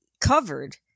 covered